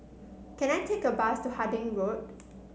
can I take a bus to Harding Road